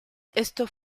esto